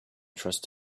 trust